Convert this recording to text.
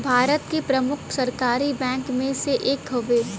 भारत के प्रमुख सरकारी बैंक मे से एक हउवे